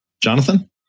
Jonathan